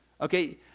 Okay